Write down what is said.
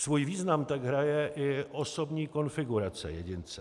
Svůj význam tak hraje i osobní konfigurace jedince.